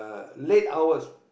uh late hours